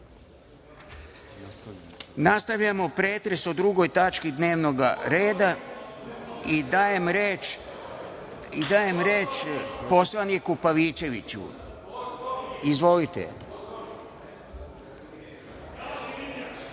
Kovač. Nastavljamo pretres o Drugoj tački dnevnog reda i dajem reč poslaniku Pavićeviću. Izvolite. Biljana